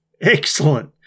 Excellent